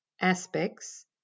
Aspects